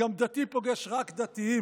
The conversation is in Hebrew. גם דתי פוגש רק דתיים.